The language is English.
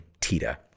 Tita